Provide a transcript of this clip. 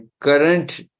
current